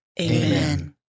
Amen